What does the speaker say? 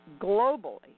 globally